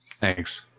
Thanks